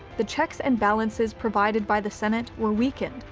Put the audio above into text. the checks and balances provided by the senate were weakened,